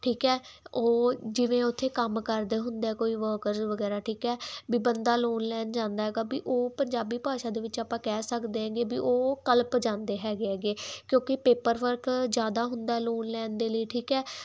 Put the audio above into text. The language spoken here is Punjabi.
ਠੀਕ ਹੈ ਉਹ ਜਿਵੇਂ ਉਥੇ ਕੰਮ ਕਰਦੇ ਹੁੰਦੇ ਕੋਈ ਵਰਕ ਵਗੈਰਾ ਠੀਕ ਹ ਵੀ ਬੰਦਾ ਲੋਨ ਲੈਣ ਜਾਂਦਾ ਹੈਗਾ ਵੀ ਉਹ ਪੰਜਾਬੀ ਭਾਸ਼ਾ ਦੇ ਵਿੱਚ ਆਪਾਂ ਕਹਿ ਸਕਦੇ ਹਗੇ ਵੀ ਉਹ ਕਲਪ ਜਾਂਦੇ ਹੈਗੇ ਐਗੇ ਕਿਉਂਕਿ ਪੇਪਰ ਵਰਕ ਜਿਆਦਾ ਹੁੰਦਾ ਲੋਨ ਲੈਣ ਦੇ ਲਈ ਠੀਕ ਹ